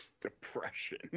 depression